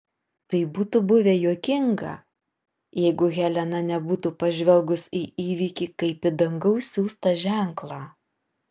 tai būtų buvę juokinga jeigu helena nebūtų pažvelgus į įvykį kaip į dangaus siųstą ženklą